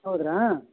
ಹೌದ್ರಾ